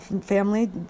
family